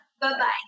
Bye-bye